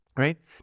Right